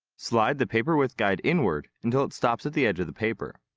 slide the paper width guide inward until it stops at the edge of the paper.